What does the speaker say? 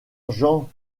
jean